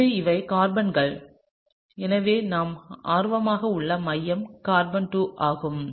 எனவே இவை கார்பன்கள் எனவே நாம் ஆர்வமாக உள்ள மையம் கார்பன் 2 ஆகும்